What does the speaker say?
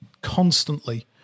constantly